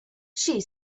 she